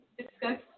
discuss